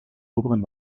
oberen